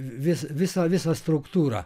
vis visą visą struktūrą